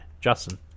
Justin